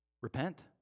repent